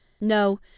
No